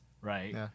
Right